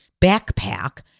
backpack